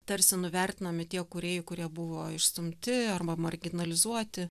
tarsi nuvertinami tie kūrėjai kurie buvo išstumti arba marginalizuoti